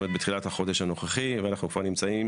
זאת אומרת בתחילת החודש הנוכחי ואנחנו כבר נמצאים